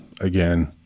again